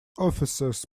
officers